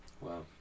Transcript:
Wow